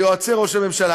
ליועצי ראש הממשלה.